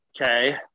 Okay